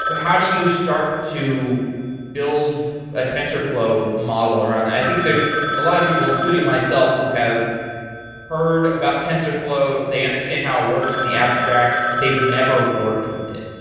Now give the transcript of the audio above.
but how do you start to build a tensorflow model around that? i think there's ah lot of people, including myself, who have heard about tensorflow. they understand how it works in the abstract. they've never worked with it.